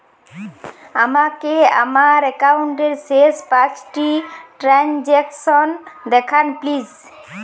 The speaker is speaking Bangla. আমাকে আমার একাউন্টের শেষ পাঁচটি ট্রানজ্যাকসন দেখান প্লিজ